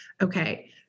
okay